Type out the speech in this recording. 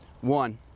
one